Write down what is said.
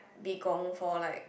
be gone for like